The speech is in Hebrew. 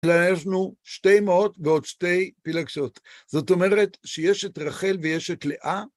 יש לנו שתי אמהות ועוד שתי פילגשות. זאת אומרת שיש את רחל ויש את לאה.